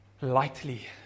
lightly